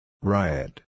Riot